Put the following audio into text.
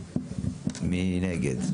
מי נגד?